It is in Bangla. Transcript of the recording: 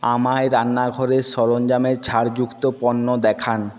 আমায় রান্নাঘরের সরঞ্জামের ছাড়যুক্ত পণ্য দেখান